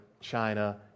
China